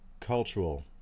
cultural